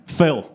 Phil